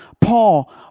Paul